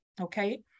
Okay